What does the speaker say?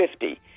50